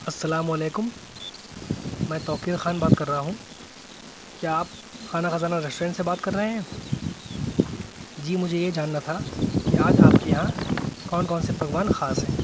السلام علیکم میں توقیر خان بات کر رہا ہوں کیا آپ خانہ خزانہ ریسٹورنٹ سے بات کر رہے ہیں جی مجھے یہ جاننا تھا کہ آج آپ کے یہاں کون کون سے پکوان خاص ہیں